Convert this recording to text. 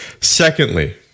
Secondly